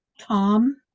Tom